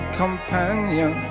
companion